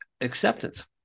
acceptance